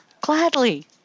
Gladly